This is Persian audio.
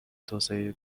توسعه